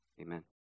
Amen